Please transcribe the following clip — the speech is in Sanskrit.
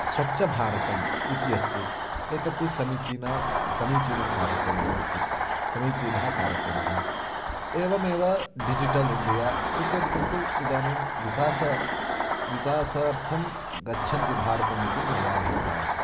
स्वच्छभारतम् इति अस्ति एतत्तु समीचीनः समीचीनः कार्यक्रमः अस्ति समीचीनः कार्यक्रमः एवमेव डिजिटल् इण्डिया इत्यादिकं तु इदानीं विकासं विकासार्थं गच्छति भारतमिति मम अभिप्रायः